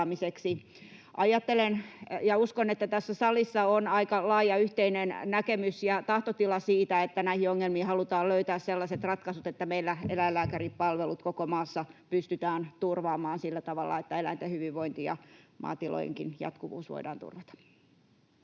Ajattelen ja uskon, että tässä salissa on aika laaja yhteinen näkemys ja tahtotila siitä, että näihin ongelmiin halutaan löytää sellaiset ratkaisut, että meillä eläinlääkäripalvelut koko maassa pystytään turvaamaan sillä tavalla, että eläinten hyvinvointi ja maatilojenkin jatkuvuus voidaan turvata.